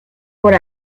por